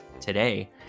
today